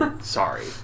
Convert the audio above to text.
Sorry